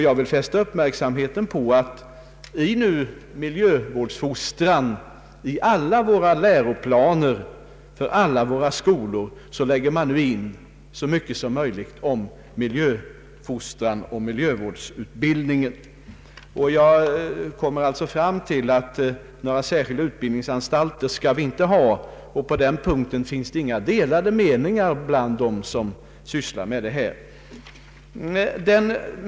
Jag vill fästa uppmärksamheten på att i miljövårdsfostran i alla våra läroplaner för alla våra skolor inlägges så mycket som möjligt om miljöfostran och miljövårdsutbildning. Jag kommer alltså fram till att vi inte skall ha några särskilda utbildningsanstalter för dessa ämnen. På den punkten finns det inga delade meningar bland dem som sysslar med detta problem.